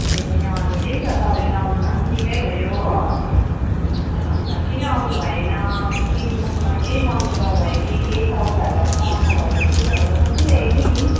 ए हजुर त्यही त तपाईँ नआउनु भएको पनि निकै भयो हो म त अन्त किन आउनु भएन कि मसँग केही मनमोटाउ भयो कि केही सौदाहरू अब महँगो भयो कि भनेर सोचि रहेको छु नि